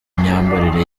imyambarire